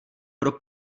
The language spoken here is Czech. pro